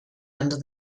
under